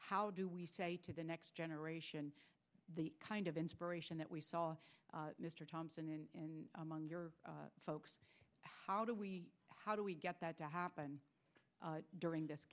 how do we say to the next generation the kind of inspiration that we saw mr thompson among your folks how do we how do we get that to happen during this